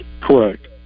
Correct